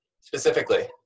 specifically